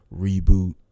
reboot